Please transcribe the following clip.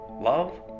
love